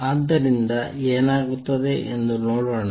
ಆದ್ದರಿಂದ ಏನಾಗುತ್ತದೆ ಎಂದು ನೋಡೋಣ